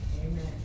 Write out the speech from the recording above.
Amen